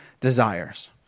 desires